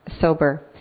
sober